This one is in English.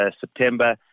September